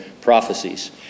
prophecies